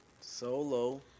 Solo